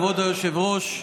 כבוד היושב-ראש.